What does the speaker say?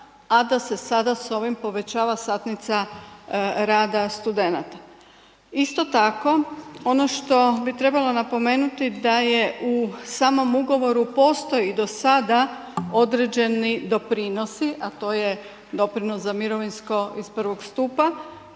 a da se s ovim sada povećava satnica rada studenata. Isto tako, ono što bi trebalo napomenuti, da je u samom ugovoru, postoji do sada određeni doprinosi, a to je doprinos za mirovinsko iz prvog stupa.